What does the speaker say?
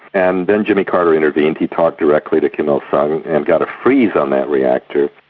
and then jimmy carter intervened he talked directly to kim il-sung, and got a freeze on that reactor,